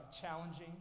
challenging